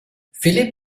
philipp